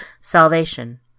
salvation